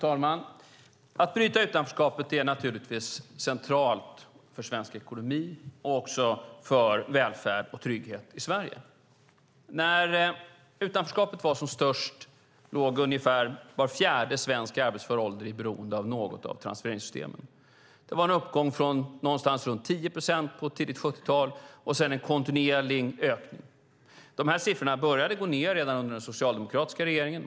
Fru talman! Att bryta utanförskapet är centralt för svensk ekonomi och också för välfärd och trygghet i Sverige. När utanförskapet var som störst låg ungefär var fjärde svensk i arbetsför ålder i beroende av något av transfereringssystemen. Det var en uppgång från någonstans på 10 procent på tidigt 70-tal och sedan en kontinuerlig ökning. Dessa siffror började gå ned redan under den socialdemokratiska regeringen.